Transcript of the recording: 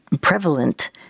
prevalent